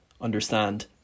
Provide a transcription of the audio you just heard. understand